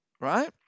right